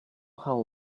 how